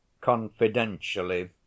confidentially